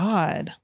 God